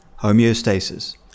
homeostasis